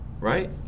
right